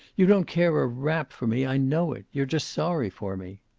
you don't care a rap for me i know it. you're just sorry for me.